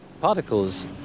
Particles